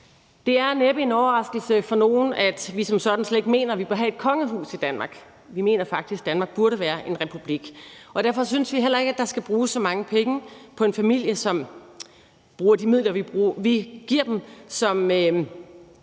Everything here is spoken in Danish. Det er næppe en overraskelse for nogen, at vi som sådan slet ikke mener, vi bør have et kongehus i Danmark. Vi mener faktisk, at Danmark burde være en republik. Og derfor synes vi heller ikke, at der skal bruges så mange penge på en familie, som bruger de midler, vi giver dem, som